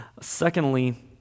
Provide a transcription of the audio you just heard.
Secondly